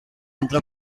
altra